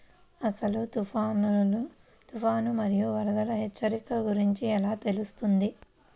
అసలు తుఫాను మరియు వరదల హెచ్చరికల గురించి ఎలా తెలుస్తుంది?